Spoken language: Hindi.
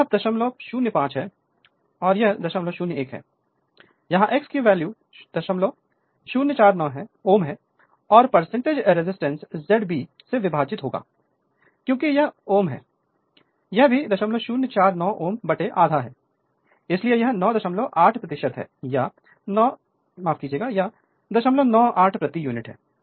तो यह 005 है और यह 001 है यहां एक्स की वैल्यू 0049Ω है और एज रिएक्टेंस फिर से ZB जेड बी से विभाजित होगा क्योंकि यह Ω है यह भी 0049 Ω आधा है इसलिए यह 98 या 098 प्रति यूनिट है